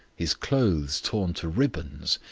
his clothes torn to ribbons,